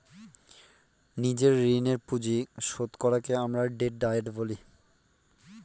নিজের ঋণের পুঁজি শোধ করাকে আমরা ডেট ডায়েট বলি